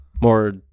more